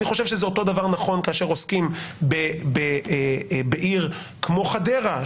אני חושב שאותו דבר נכון כאשר עוסקים בעיר כמו חדרה,